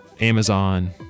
Amazon